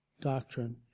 doctrine